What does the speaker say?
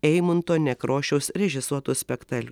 eimunto nekrošiaus režisuoto spektal